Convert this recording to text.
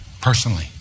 Personally